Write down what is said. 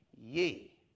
ye